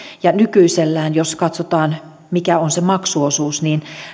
ja jos katsotaan mikä nykyisellään on se maksuosuus niin